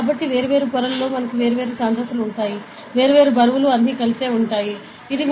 కాబట్టి వేర్వేరు పొరలలో మనకు వేర్వేరు సాంద్రతలు ఉంటాయి వేర్వేరు బరువులు అన్నీ కలిపి ఉంటాయి ఇది